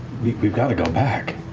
like we've got to go back.